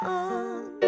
on